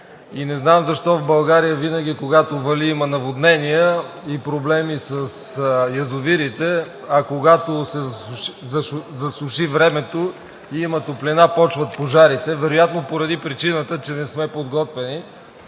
и не знам защо в България винаги когато вали, има наводнения и проблеми с язовирите, а когато се засуши времето и има топлина, започват пожарите. Вероятно поради причината, че не сме подготвени.